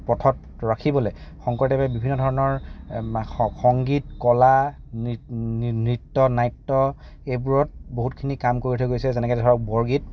পথত ৰাখিবলে শংকৰদেৱে বিভিন্ন ধৰণৰ সংগীত কলা নৃত্য নাট্য এইবোৰত বহুতখিনি কাম কৰি থৈ গৈছে যেনেকে ধৰক বৰগীত